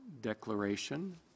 declaration